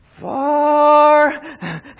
Far